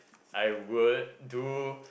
I would do